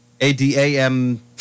A-D-A-M